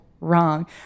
wrong